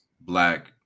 black